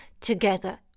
together